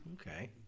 okay